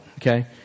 okay